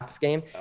game